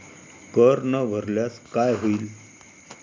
कर न भरल्यास काय होईल?